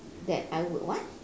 that I would what